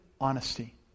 honesty